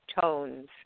tones